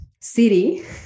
city